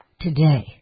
today